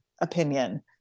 opinion